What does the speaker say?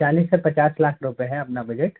चालीस से पचास लाख रुपये है अपना बजट